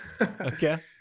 Okay